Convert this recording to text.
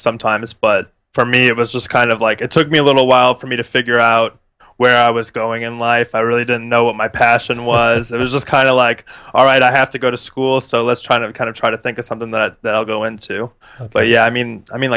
sometimes but for me it was just kind of like it took me a little while for me to figure out where i was going in life i really didn't know what my passion was it was just kind of like all right i have to go to school so let's try to kind of try to think of something that i'll go into but yeah i mean i mean